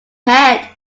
head